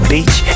Beach